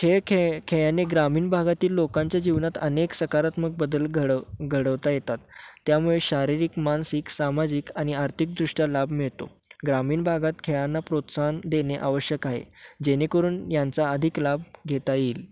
खेळ खेळ खेळाने ग्रामीण भागातील लोकांच्या जीवनात अनेक सकारात्मक बदल घडव घडवता येतात त्यामुळे शारीरिक मानसिक सामाजिक आणि आर्थिकदृष्ट्या लाभ मिळतो ग्रामीण भागात खेळांना प्रोत्साहन देणे आवश्यक आहे जेणेकरून यांचा अधिक लाभ घेता येईल